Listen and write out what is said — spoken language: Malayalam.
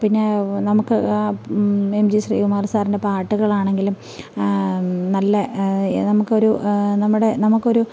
പിന്നെ നമുക്ക് ആ എം ജി ശ്രീകുമാർ സാറിൻ്റെ പാട്ടുകളാണെങ്കിലും നല്ല നമുക്കൊരു നമ്മുടെ നമുക്കൊരു